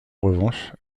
revanche